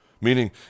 Meaning